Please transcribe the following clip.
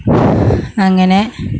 അങ്ങനെ